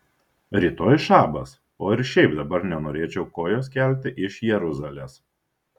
rytoj šabas o ir šiaip dabar nenorėčiau kojos kelti iš jeruzalės